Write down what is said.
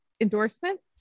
endorsements